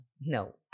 no